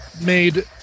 made